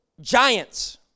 giants